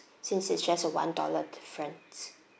since it's just a one dollar difference